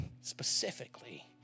specifically